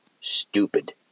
stupid